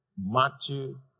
Matthew